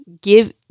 give